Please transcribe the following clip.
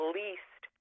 least